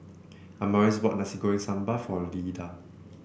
Amaris bought Nasi Goreng Sambal for Lyda